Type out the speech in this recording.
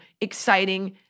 exciting